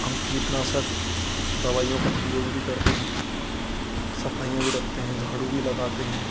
हम कीटनाशक दवाइयों का प्रयोग भी करते हैं सफाइयाँ भी रखते हैं झाड़ू भी लगाते हैं